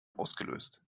ausgelöst